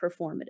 performative